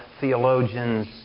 theologian's